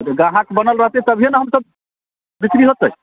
जे ग्राहक बनल रहतै तभिये ने हमसभ बिक्री होयतै